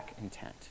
intent